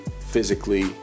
physically